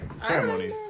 ceremonies